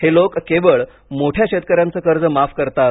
हे लोक केवळ मोठ्या शेतकऱ्यांचे कर्ज माफ करतात